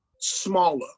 smaller